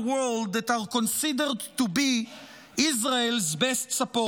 world that are considered to be Israel's best supporters.